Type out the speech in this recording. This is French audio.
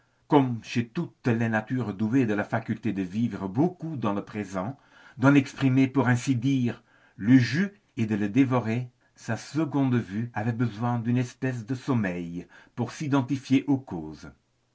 comme chez toutes les natures douées de la faculté de vivre beaucoup dans le présent d'en exprimer pour ainsi dire le jus et de le dévorer sa seconde vue avait besoin d'une espèce de sommeil pour s'identifier aux causes